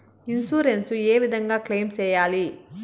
Insurance ఏ విధంగా claim సేయాలి?